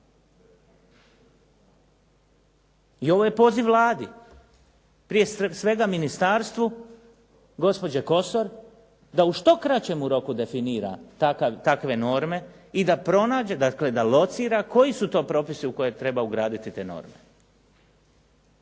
I ovo je poziv Vladi. Prije svega ministarstvu, gospođe Kosor da u što kraćem roku definira takve norme i da pronađe, dakle, da locira koji su to propisi u koje treba ugraditi te norme,